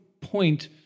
point